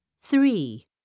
three